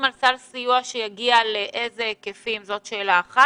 לאיזה היקפים יגיע סל הסיוע עליו אתם מדברים?